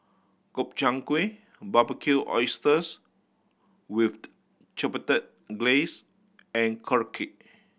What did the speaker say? Gobchang Gui Barbecued Oysters with Chipotle Glaze and Korokke